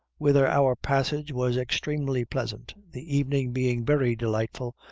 whither our passage was extremely pleasant, the evening being very delightful,